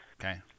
Okay